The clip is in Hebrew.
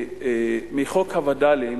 מחוק הווד”לים,